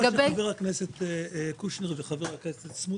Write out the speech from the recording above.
את זה